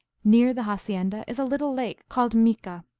near the hacienda is a little lake called mica,